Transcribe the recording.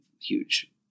huge